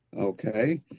Okay